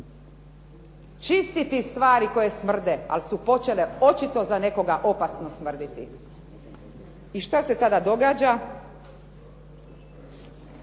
čistiti stvari koje smrde ali su počele očito opako za nekoga smrditi. I šta se tada događa?